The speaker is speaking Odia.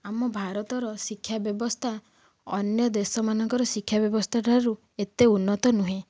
ଆମ ଭାରତର ଶିକ୍ଷା ବ୍ୟବସ୍ଥା ଅନ୍ୟ ଦେଶମାନଙ୍କର ଶିକ୍ଷା ବ୍ୟବସ୍ଥାଠାରୁ ଏତେ ଉନ୍ନତ ନୁହେଁ